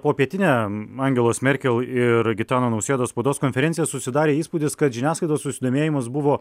popietinę angelos merkel ir gitano nausėdos spaudos konferenciją susidarė įspūdis kad žiniasklaidos susidomėjimas buvo